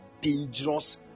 dangerous